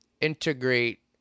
Integrate